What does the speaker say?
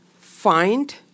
find